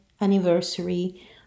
anniversary